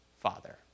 father